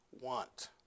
want